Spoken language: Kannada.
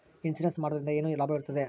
ಇನ್ಸೂರೆನ್ಸ್ ಮಾಡೋದ್ರಿಂದ ಏನು ಲಾಭವಿರುತ್ತದೆ?